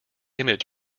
image